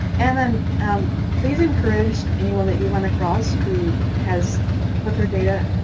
and um please encourage anyone that you run across who has put their data.